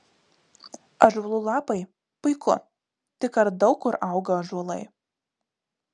ąžuolų lapai puiku tik ar daug kur auga ąžuolai